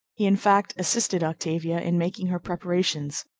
in fact, assisted octavia in making her preparations.